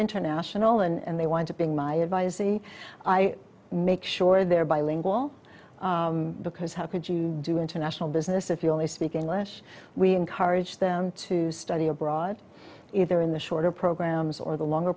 international and they want to being my advisee i make sure they're bilingual because how could you do international business if you only speak english we encourage them to study abroad either in the short or programs or the longer